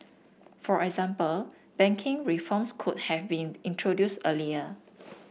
for example banking reforms could have been introduced earlier